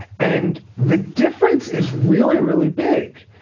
and the difference is really, really big.